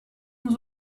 nous